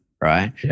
Right